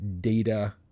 Data